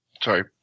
Sorry